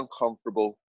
uncomfortable